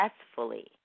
successfully